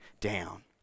down